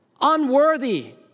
unworthy